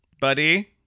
buddy